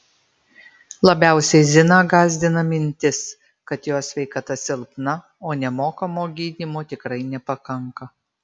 labiausiai ziną gąsdina mintis kad jos sveikata silpna o nemokamo gydymo tikrai nepakanka